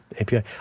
API